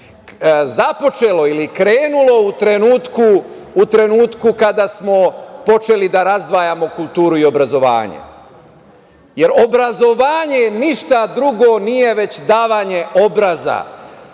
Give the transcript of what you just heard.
započelo ili krenulo u trenutku kada smo počeli da razdvajamo kulturu i obrazovanje. Obrazovanje ništa drugo nije već davanje obraza